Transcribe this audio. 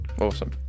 awesome